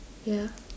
ya